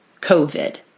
COVID